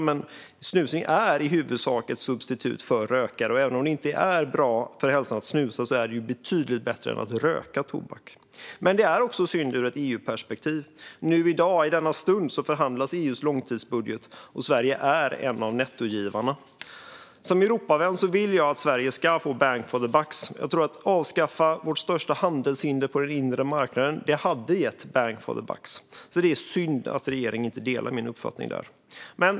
Men snus är i huvudsak ett substitut för rökare, och även om det inte är bra för hälsan att snusa är det betydligt bättre än att röka tobak. Men det är också synd ur ett EU-perspektiv. I dag, i denna stund, förhandlas EU:s långtidsbudget. Sverige är en av nettogivarna. Som Europavän vill jag att Sverige ska få bang for the buck, och jag tror att det hade gett bang for the buck att avskaffa vårt största handelshinder på den inre marknaden. Det är synd att regeringen inte delar min uppfattning.